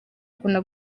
akunda